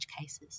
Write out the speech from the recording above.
cases